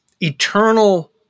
eternal